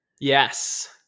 Yes